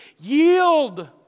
Yield